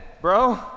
bro